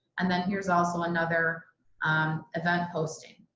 and then here's also another event posting.